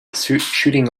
shooting